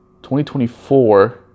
2024